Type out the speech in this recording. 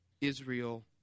Israel